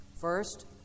First